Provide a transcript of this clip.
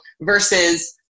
versus